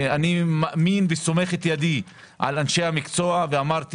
אני מאמין וסומך את ידי על אנשי המקצוע ואמרתי